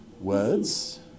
words